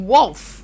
Wolf